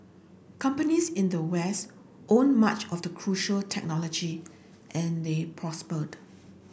companies in the West owned much of the crucial technology and they prospered